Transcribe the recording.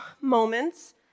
moments